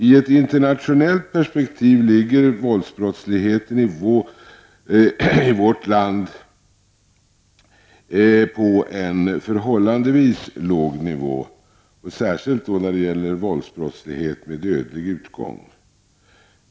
I ett internationellt perspektiv ligger våldsbrottsligheten i vårt land på en förhållandevis låg nivå, särskilt när det gäller våldsbrottslighet med dödlig utgång.